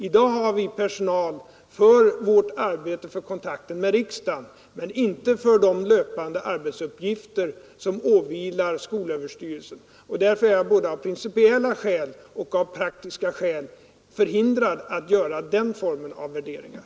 I dag har vi personal för vårt arbete i kontakten med riksdagen men inte för de löpande arbetsuppgifter, som åvilar skolöverstyrelsen. Därför jag av både principiella och praktiska skäl förhindrad att göra den formen av värderingar.